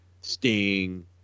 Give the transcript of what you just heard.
Sting